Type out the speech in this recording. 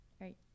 right